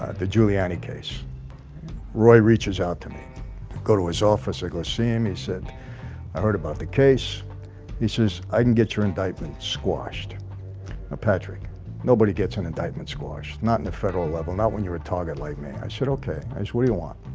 the giuliani case roy reaches out to me go to his office. i go see him. he said i heard about the case he says i didn't get your indictment squashed a patrick nobody gets an indictment squash not in the federal level not when you're a target like me. i said, okay i just what do you want?